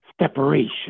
separation